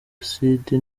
aside